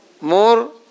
more